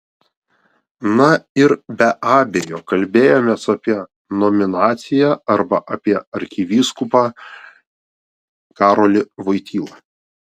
na ir be abejo kalbėjomės apie nominaciją arba apie arkivyskupą karolį voitylą